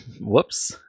Whoops